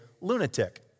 lunatic